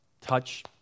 touch